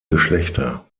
geschlechter